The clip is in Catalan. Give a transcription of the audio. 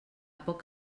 poc